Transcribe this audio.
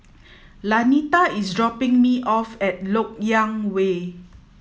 Lanita is dropping me off at Lok Yang Way